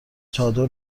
چادر